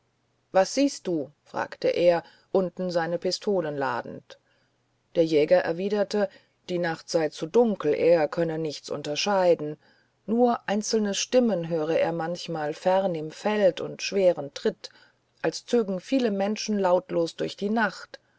was siehst du fragte er unten seine pistolen ladend der jäger erwiderte die nacht sei zu dunkel er könne nichts unterscheiden nur einzelne stimmen höre er manchmal fern im feld und schweren tritt als zögen viele menschen lautlos durch die nacht